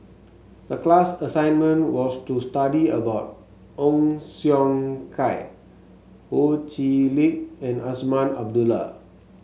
the class assignment was to study about Ong Siong Kai Ho Chee Lick and Azman Abdullah